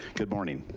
good morning.